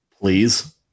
Please